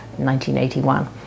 1981